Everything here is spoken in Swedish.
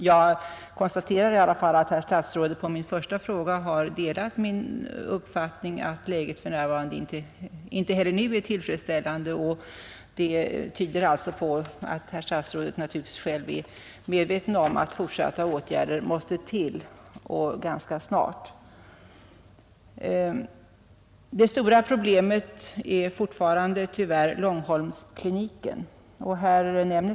Jag konstaterar att statsrådet delar min uppfattning att läget inte heller nu är tillfredsställande. Det tyder på att statsrådet själv är medveten om att ytterligare åtgärder måste vidtas, och det måste göras ganska snart. Det stora problemet är fortfarande tyvärr Stockholmskliniken på Långholmen.